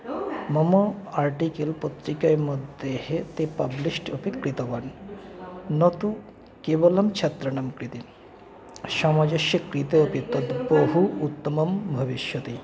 मम आर्टिकल् पत्रिका मध्ये ते पब्लिश्ड् अपि कृतवान् न तु केवलं छात्राणां कृते समाजस्य कृते अपि तत् बहु उत्तमं भविष्यति